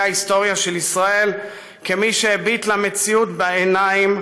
ההיסטוריה של ישראל כמי שהביט למציאות בעיניים,